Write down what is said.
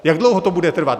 Jak dlouho to bude trvat?